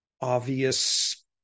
obvious